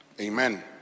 amen